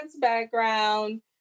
background